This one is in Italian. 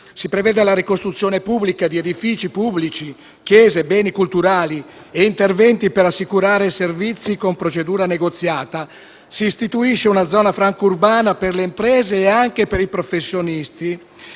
Si prevedono la ricostruzione pubblica di edifici pubblici, chiese, beni culturali e interventi per assicurare servizi con procedura negoziata. Si istituisce una zona franca urbana per le imprese e anche per i professionisti.